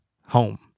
home